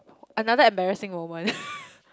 another embarrassing moment